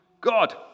God